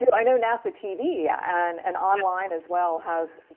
but i know nasa tv and and online as well has,